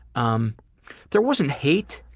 um there wasn't hate